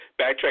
backtrack